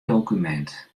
dokumint